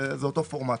זה אותו פורמט.